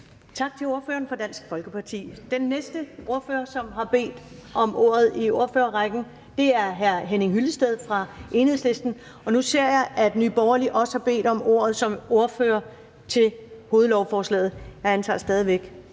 Tak til ordføreren for Dansk Folkeparti. Den næste ordfører, som har bedt om ordet i ordførerrækken, er hr. Henning Hyllested fra Enhedslisten. Nu ser jeg, at Nye Borgerlige også har bedt om ordet som ordfører til hovedlovforslaget. Jeg antager stadig væk,